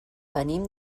venim